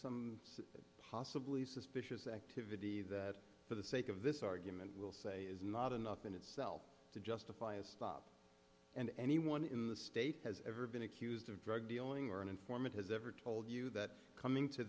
some possibly suspicious activity that for the sake of this argument will say is not enough in itself to justify a stop and anyone in the state has ever been accused of drug dealing or an informant has ever told you that com